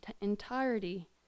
entirety